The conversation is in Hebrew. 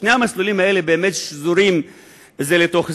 שני המסלולים האלה באמת שזורים זה בזה,